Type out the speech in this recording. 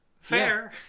fair